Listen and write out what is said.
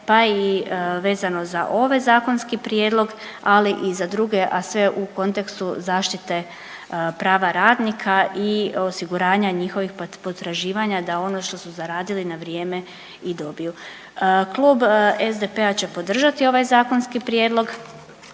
pa i vezano za ovaj zakonski prijedlog, ali i za druge a sve u kontekstu zaštite prava radnika i osiguranja njihovih potraživanja da ono što su zaradili na vrijeme i dobiju. Klub SDP-a će podržati ovaj zakonski prijedlog